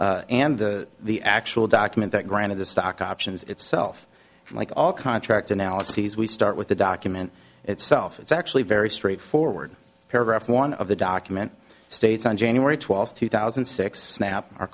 and and the the actual document that granted the stock options itself like all contract analyses we start with the document itself it's actually very straightforward paragraph one of the document states on january twelfth two thousand and six snap our